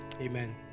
Amen